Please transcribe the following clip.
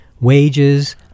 wages